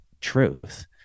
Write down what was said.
truth